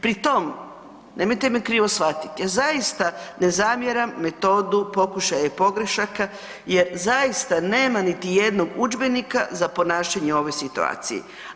Pri tom, nemojte me krivo shvatiti, ja zaista ne zamjeram metodu pokušaja i pogrešaka jer zaista nema niti jednoj udžbenika za ponašanje u ovoj situaciji.